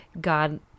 God